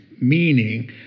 Meaning